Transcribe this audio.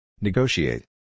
Negotiate